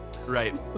right